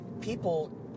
people